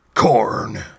corn